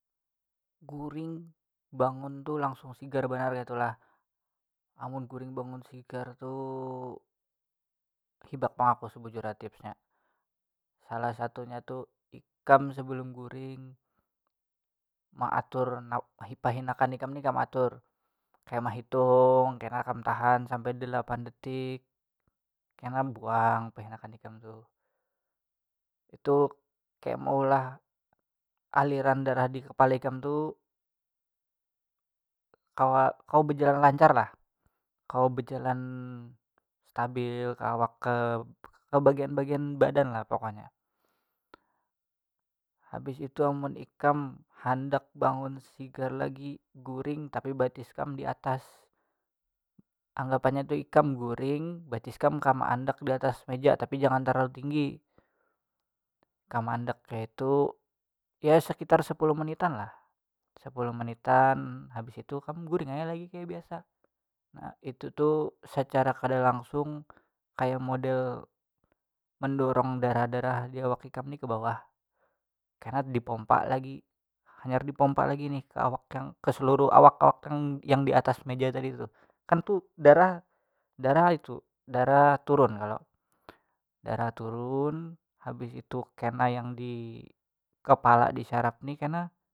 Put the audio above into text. Guring bangun tuh langsung sigar banar kaitu lah amun guring bangun sigar tuh hibak pang aku sebujurnya tips nya salah satunya tu ikam sebelum guring maatur pahinakan ikam nih kam atur kaya mahitung kena kam tahan sampai delapan detik ya kam buang pahinakan ikam tuh itu kaya maulah aliran darah di kepala ikam tu kawa kawa bejalan lancar lah kawa bejalan stabil ke awak ke bagian bagian badan lah pokoknya habis itu amun ikam handak bangun sigar lagi guring tapi batis kam di atas anggapannya tu ikam guring batis ikam kam andak di atas meja tapi jangan terlalu tinggi kam andak kaitu ya sekitar sepuluh menitan lah sepuluh menitan habis itu kam guring ai lagi kaya biasa itu tu secara kada langsung kaya model mendorong darah darah diawak ikam nih ke bawah kena dipompa lagi hanyar dipompa lagi nih ke awak yang ke seluruh awak awak kam yang di atas meja tadi tu kan tuh darah darah itu darah turun kalo darah turun habis tu kena yang di kepala di saraf nih kena.